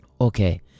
okay